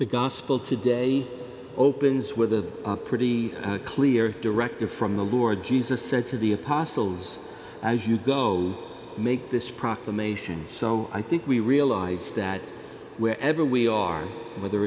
the gospel today opens with a pretty clear directive from the lord jesus said to the apostles as you go make this proclamation so i think we realize that wherever we are whether